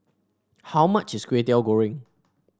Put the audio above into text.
how much is Kway Teow Goreng